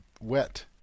wet